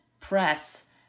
press